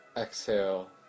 Exhale